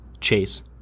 Chase